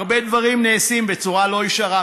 הרבה דברים נעשים בצורה לא ישרה.